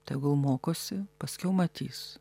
tegul mokosi paskiau matys